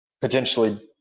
potentially